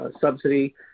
subsidy